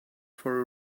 for